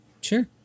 Sure